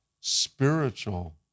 spiritual